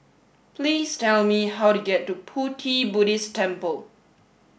please tell me how to get to Pu Ti Buddhist Temple